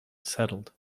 settled